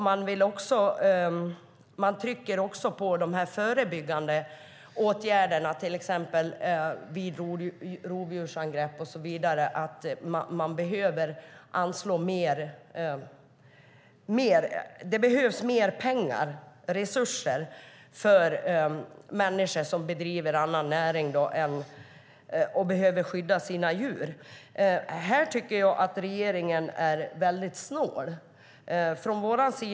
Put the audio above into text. Man trycker på de förebyggande åtgärderna vid rovdjursangrepp. Det behövs mer resurser för människor som bedriver annan näring och behöver skydda sina djur. Här tycker jag att regeringen är väldigt snål.